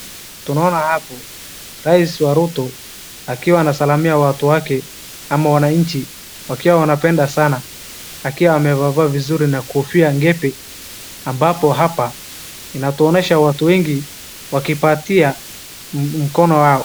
Tunaona hapo rais Ruto akiwa anasalimia watu wake ama wananchi wakiwa wanapenda sana, akiwa amevaa vizuri na kofia ngepe ambapo hapa inatuonyesha watu wengi wakipatia mkono wao.